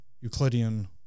Euclidean